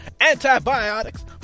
antibiotics